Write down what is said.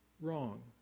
wrong